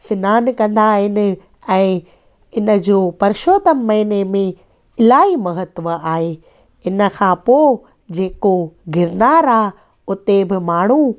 सनानु कंदा आहिनि ऐं इन जो परशोतम महीने में इलाही महत्व आहे इन खां पोइ जेको गिरनार आहे उते बि माण्हू